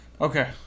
Okay